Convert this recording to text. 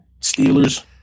Steelers